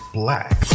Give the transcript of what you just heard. black